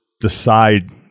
decide